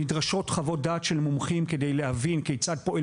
נדרשות חוות דעת של מומחים כדי להבין כיצד פועל